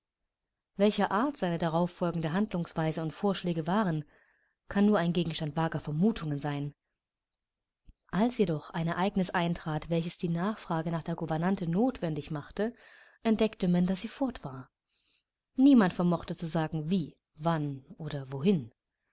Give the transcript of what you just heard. welcher art seine darauffolgende handlungsweise und vorschläge waren kann nur ein gegenstand vager vermutungen sein als jedoch ein ereignis eintrat welches die nachfrage nach der gouvernante notwendig machte entdeckte man daß sie fort war niemand vermochte zu sagen wie wann oder wohin